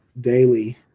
daily